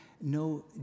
no